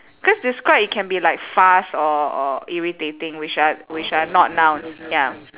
cause describe it can be like fast or or irritating which are which are not nouns ya